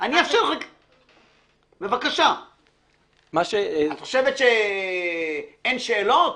- את חושבת שאין שאלות?